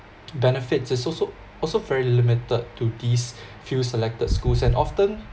benefits is also also very limited to these few selected schools and often